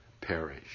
perish